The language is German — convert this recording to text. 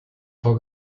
vor